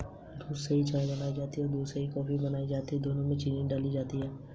यदि आप समय पर भुगतान कर रहे हैं तो आपका ए.पी.आर क्यों बढ़ जाता है?